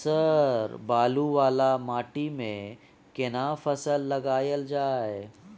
Sir बालू माटी वाला खेत में केना फसल लगायल जाय?